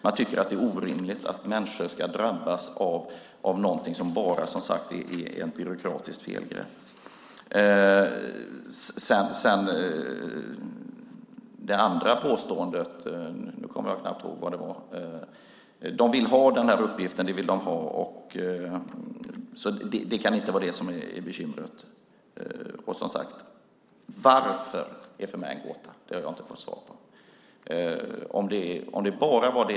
Man tycker att det är orimligt att människor ska drabbas av någonting som bara är ett byråkratiskt felgrepp. A-kassorna vill ha den här uppgiften, så det kan inte vara det som är bekymret. Som sagt: Varför? Det är för mig en gåta, och det har jag inte fått något svar på.